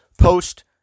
post